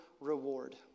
reward